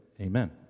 Amen